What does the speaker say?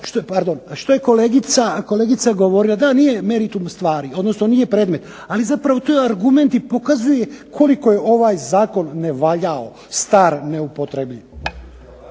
Što je kolegica govorila, da, nije meritum stvari, odnosno nije predmet, ali zapravo to je argument i pokazuje koliko je ovaj zakon nevaljao, star, neupotrebljiv.